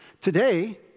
Today